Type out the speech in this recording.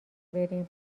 بریم